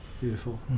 beautiful